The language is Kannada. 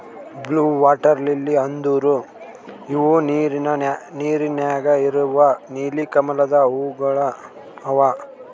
ಬ್ಲೂ ವಾಟರ್ ಲಿಲ್ಲಿ ಅಂದುರ್ ಇವು ನೀರ ನ್ಯಾಗ ಇರವು ನೀಲಿ ಕಮಲದ ಹೂವುಗೊಳ್ ಅವಾ